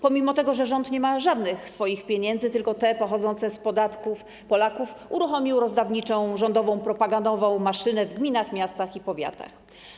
Pomimo tego, że rząd nie ma żadnych swoich pieniędzy, tylko te pochodzące z podatków Polaków, uruchomił rozdawniczą rządową maszynę propagandową w gminach, miastach i powiatach.